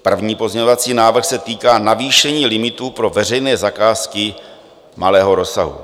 První pozměňovací návrh se týká navýšení limitů pro veřejné zakázky malého rozsahu.